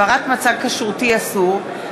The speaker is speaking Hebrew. הבהרת מצג כשרותי אסור),